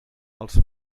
els